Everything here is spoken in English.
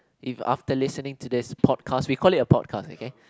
if after listening to this podcast we call it a podcast okay